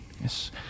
Yes